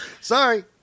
Sorry